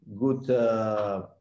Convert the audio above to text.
good